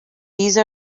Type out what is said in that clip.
these